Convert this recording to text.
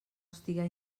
estiga